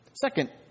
Second